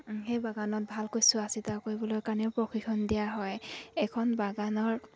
সেই বাগানত ভালকৈ চোৱা চিতা কৰিবলৈ কাৰণেও প্ৰশিক্ষণ দিয়া হয় এখন বাগানৰ